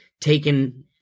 taken